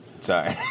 Sorry